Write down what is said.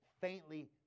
Faintly